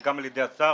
וגם על-ידי השר,